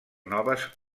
noves